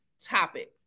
topic